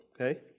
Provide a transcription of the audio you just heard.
okay